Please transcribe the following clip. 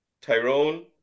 Tyrone